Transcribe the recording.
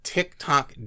TikTok